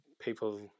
people